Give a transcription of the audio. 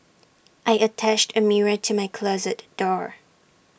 I attached A mirror to my closet door